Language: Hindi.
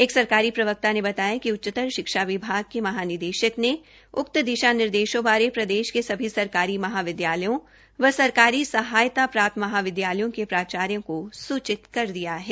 एक सरकारी प्रवक्ता ने बताया कि उच्चतर शिक्षा विभाग के महानिदेशक ने उक्त दिशा निर्देशों बारे प्रदेश के सभी सरकारी महाविद्यालयों व सरकारी सहायता प्राप्त महाविद्यालयों के प्राचार्यों को सूचित कर दिया गया है